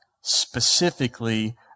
specifically